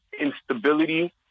instability